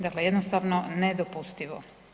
Dakle jednostavno nedopustivo.